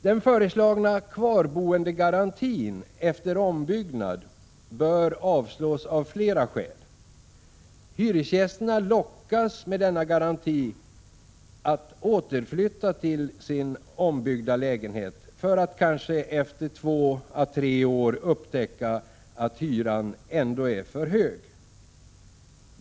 Den föreslagna kvarboendegarantin efter ombyggnad bör avvisas av flera skäl. Hyresgästerna lockas med denna garanti att återflytta till sin ombyggda lägenhet, för att kanske efter två å tre år upptäcka att hyran ändå är för hög.